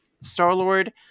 Star-Lord